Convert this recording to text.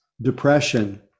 depression